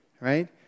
right